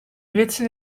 britse